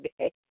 today